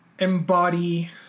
embody